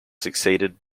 succeeded